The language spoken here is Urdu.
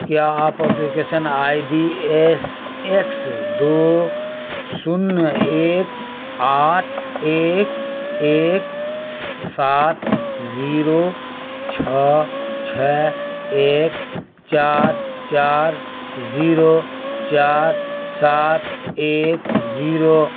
کیا آپ application I D S X دو شونیہ ایک آٹھ ایک ایک سات زیرو چھو چھ ایک چار چار زیرو چار سات ایک زیرو